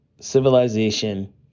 civilization